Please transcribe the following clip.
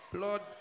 Blood